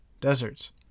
deserts